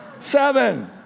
seven